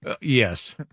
Yes